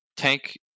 tank